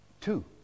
Two